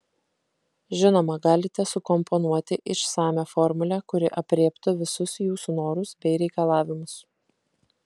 žinoma galite sukomponuoti išsamią formulę kuri aprėptų visus jūsų norus bei reikalavimus